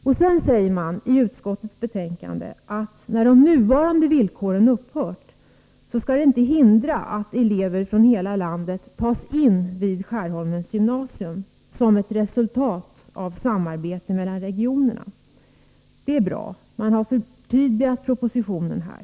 I utskottets betänkande säger man också att när de nuvarande villkoren upphört att gälla skall det inte hindra att elever från hela landet tas in vid Skärholmens gymnasium som ett resultat av samarbete mellan regionerna. Det är bra. Man har förtydligat propositionen här.